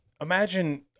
imagine